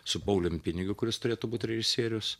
su paulium pinigiu kuris turėtų būti režisierius